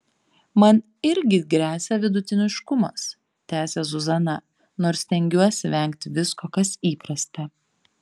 man irgi gresia vidutiniškumas tęsia zuzana nors stengiuosi vengti visko kas įprasta